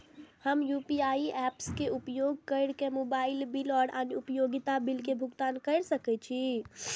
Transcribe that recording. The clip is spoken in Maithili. हम यू.पी.आई ऐप्स के उपयोग केर के मोबाइल बिल और अन्य उपयोगिता बिल के भुगतान केर सके छी